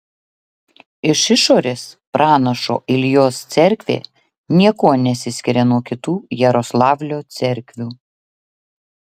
iš išorės pranašo iljos cerkvė niekuo nesiskiria nuo kitų jaroslavlio cerkvių